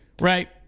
right